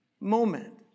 moment